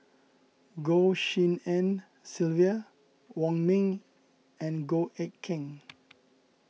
Goh Tshin En Sylvia Wong Ming and Goh Eck Kheng